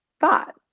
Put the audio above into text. thought